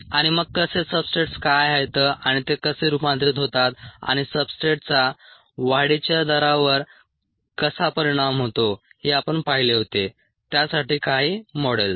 आणि मग कसे सब्सट्रेट काय आहेत आणि ते कसे रूपांतरित होतात आणि सब्सट्रेटचा वाढीच्या दरावर कसा परिणाम होतो हे आपण पाहिले होते त्यासाठी काही मॉडेल्स